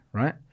right